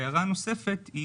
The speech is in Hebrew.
הערה נוספת,